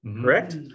correct